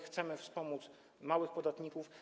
Chcemy wspomóc małych podatników.